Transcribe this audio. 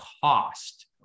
cost